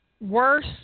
worse